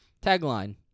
Tagline